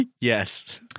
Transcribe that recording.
Yes